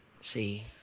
see